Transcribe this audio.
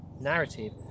narrative